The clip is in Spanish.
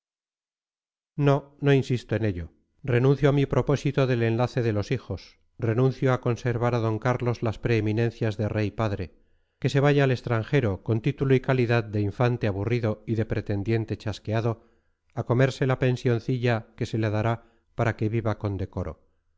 no no insisto en ello renuncio a mi propósito del enlace de los hijos renuncio a conservar a d carlos las preeminencias de rey padre que se vaya al extranjero con título y calidad de infante aburrido y de pretendiente chasqueado a comerse la pensioncilla que se le dará para que viva con decoro